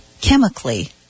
chemically